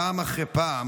פעם אחרי פעם